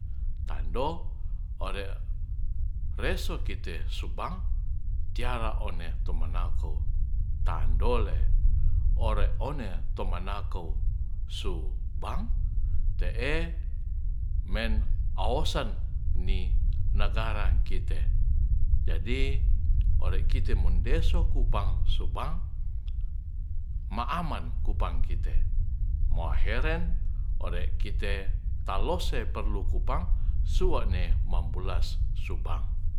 Tando ore resu kite su bank tiara one to manako kandole ore one tomanakou su bank te'e men aosan ni nagara kite jadi ore kite mundeso kupang su bank ma aman kupang kite muaheren ore kite talose perlu kupang sea'ne mambulas su bank